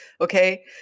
Okay